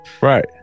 right